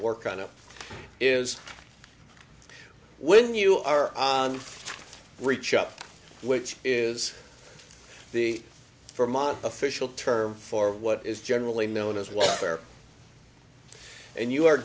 work on it is when you are on reach up which is the for mine official term for what is generally known as welfare and you are